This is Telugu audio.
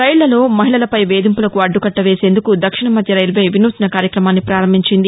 రైళ్లలో మహిళలపై వేధింపులకు అడ్డుకట్ట వేసేందుకు దక్షిణ మధ్య రైల్వే వినూత్న కార్యక్రమాన్ని ప్రారంభించింది